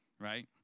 Right